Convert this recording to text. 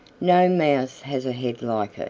no mouse has a head like it.